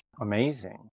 Amazing